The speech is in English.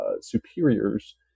superiors